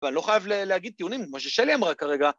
‫אבל לא חייב להגיד טיעונים, ‫מה ששלי אמרה כרגע.